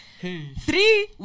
Three